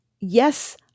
yes